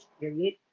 period